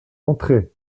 entrer